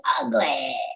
ugly